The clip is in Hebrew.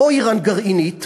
או איראן גרעינית,